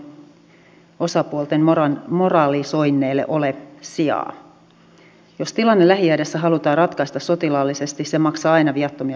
olisikohan tämä se ilta kun kuulen sosialidemokraateilta ensimmäisen esityksen tuottavasta siis kannattavasta työpaikasta ei sellaisesta työpaikasta jonka veronmaksajat kustantavat vaan sellaisesta joka tuottaa positiivisia verotuloja